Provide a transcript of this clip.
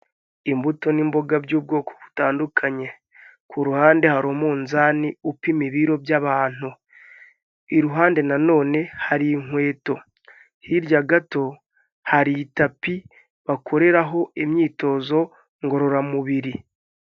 Imbuto n'imboga by'ubwoko butandukanye, ku ruhande hari umunzani upima ibiro by'abantu, iruhande na none hari inkweto, hirya gato hari itapi bakoreraho imyitozo ngororamubiri.